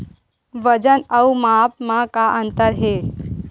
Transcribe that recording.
वजन अउ माप म का अंतर हे?